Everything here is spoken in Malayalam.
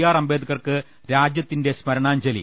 ആർ അംബേദകർക്ക് രാജ്യത്തിന്റെ സ്മരണാഞ്ജലി